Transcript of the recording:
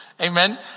amen